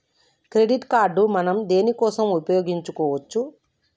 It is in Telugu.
క్రెడిట్ కార్డ్ మనం దేనికోసం ఉపయోగించుకోవచ్చు?